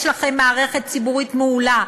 יש לכם מערכת ציבורית מעולה.